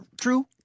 true